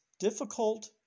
Difficult